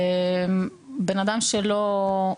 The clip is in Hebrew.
בן אדם כמו אצלי,